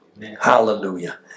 Hallelujah